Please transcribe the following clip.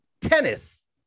tennis